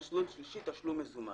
מסלול שלישי בתשלום מזומן.